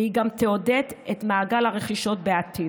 והיא גם תעודד את מעגל הרכישות בעתיד.